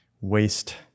waste